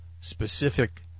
specific